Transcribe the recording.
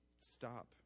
stop